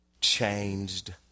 changed